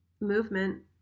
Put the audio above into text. movement